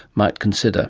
might consider